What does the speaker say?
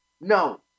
no